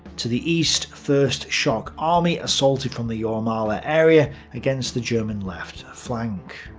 to the east, first shock army assaulted from the jurmala area against the german left flank.